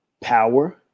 power